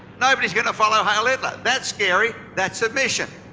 nobody's going to follow heil hitler. that's scary, that's submission.